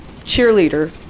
cheerleader